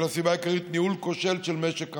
אלא הסיבה העיקרית היא ניהול כושל של משק המים,